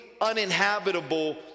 uninhabitable